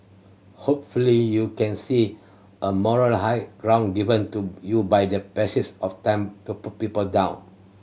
hopefully you can see a moral high ground given to you by the passage of time to put people down